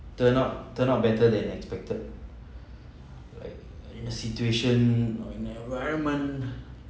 turn out turn out better than expected like in a situation or in an environment